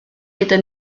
gyda